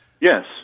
Yes